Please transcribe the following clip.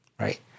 right